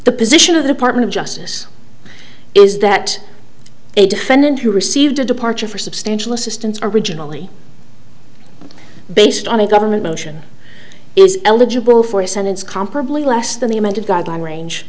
the position of the partner of justice is that a defendant who received a departure for substantial assistance originally based on a government motion is eligible for a sentence comparably less than the amended guideline range